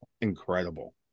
incredible